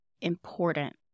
important